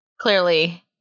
Clearly